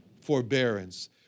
forbearance